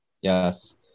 yes